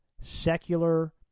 secular